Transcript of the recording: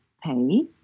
pay